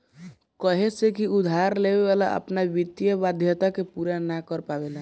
काहे से की उधार लेवे वाला अपना वित्तीय वाध्यता के पूरा ना कर पावेला